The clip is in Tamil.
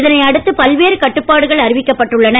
இதைஅடுத்து பல்வேறுகட்டுப்பாடுகள்அறிவிக்கப்பட்டுள்ளன